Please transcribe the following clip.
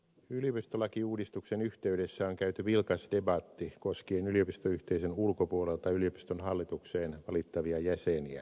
yliopistolakiuudistuksen yhteydessä on käyty vilkas debatti koskien yliopistoyhteisön ulkopuolelta yliopiston hallitukseen valittavia jäseniä